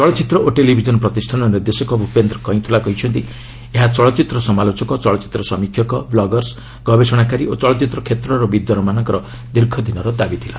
ଚଳଚ୍ଚିତ୍ର ଓ ଟେଲିଭିଜନ ପ୍ରତିଷ୍ଠାନ ନିର୍ଦ୍ଦେଶକ ଭ୍ରପେନ୍ଦ କଇଁଥୋଲା କହିଛନ୍ତି ଏହା ଚଳଚ୍ଚିତ୍ର ସମାଲୋଚକ ଚଳଚ୍ଚିତ୍ର ସମୀକ୍ଷକ ବ୍ଲଗର୍ସ ଗବେଷଣାକାରୀ ଓ ଚଳଚ୍ଚିତ୍ର କ୍ଷେତ୍ରର ବିଦ୍ୱାନମାନଙ୍କ ଦୀର୍ଘଦିନର ଦାବି ଥିଲା